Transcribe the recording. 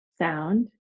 Sound